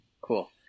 Cool